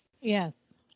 Yes